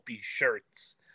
shirts